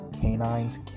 Canines